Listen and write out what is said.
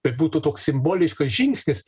tai būtų toks simboliškas žingsnis